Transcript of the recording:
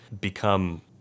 become